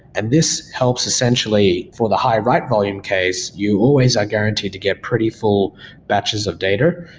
and this helps essentially for the high write volume case, you always are guaranteed to get pretty full batches of data.